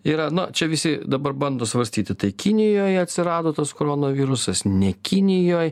yra na čia visi dabar bando svarstyti tai kinijoje atsirado tas koronavirusas ne kinijoj